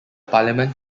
parliament